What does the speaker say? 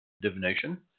divination